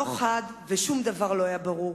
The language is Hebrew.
לא חד, ושום דבר לא היה ברור.